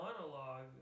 monologue